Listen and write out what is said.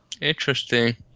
Interesting